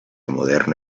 moderno